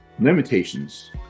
limitations